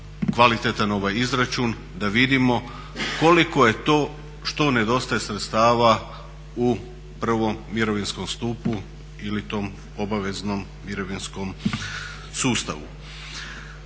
kvalitetan izračun da vidimo koliko je to što nedostaje sredstava u provom mirovinskom stupu ili tom obaveznom mirovinskom sustavu.